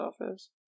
office